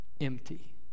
empty